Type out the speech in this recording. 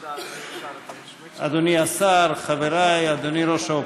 המלצה של הוועדה הציבורית לקביעת שכר ותשלומים אחרים לחברי הכנסת